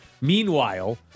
Meanwhile